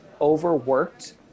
overworked